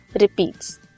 repeats